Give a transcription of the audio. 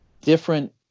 different